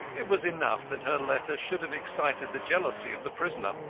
it was enough that her letter should have excited the jealousy of the prisoner.